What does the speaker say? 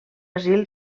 asil